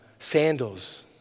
Sandals